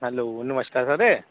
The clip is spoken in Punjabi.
ਹੈਲੋ ਨਮਸਕਾਰ ਸਰ